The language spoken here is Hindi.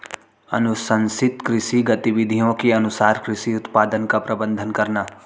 अनुशंसित कृषि गतिविधियों के अनुसार कृषि उत्पादन का प्रबंधन करना